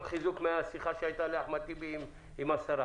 חיזוק מהשיחה שהייתה לאחמד טיבי עם השרה: